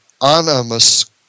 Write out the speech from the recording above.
anonymous